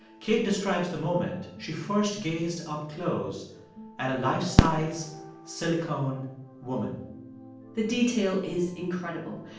kate describes the moment she first gazed up close at a life-size silicone woman the detail is incredible.